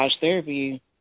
therapy